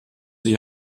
sich